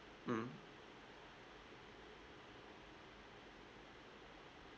mm